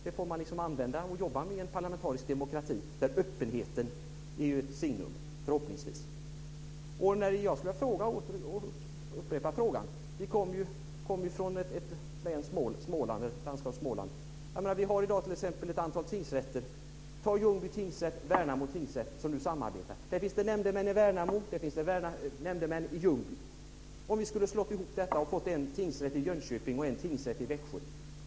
Den får man använda och jobba med i en parlamentarisk demokrati där öppenheten förhoppningsvis är ett signum. Jag skulle vilja upprepa frågan. Vi kommer från samma landskap - Småland. Vi har i dag ett antal tingsrätter. Ljungby tingsrätt och Värnamo tingsrätt samarbetar. Det finns nämndemän i Värnamo, och det finns nämndemän i Ljungby. Tänk om vi skulle ha slagit ihop detta och fått en tingsrätt i Jönköping och en tingsrätt i Växjö.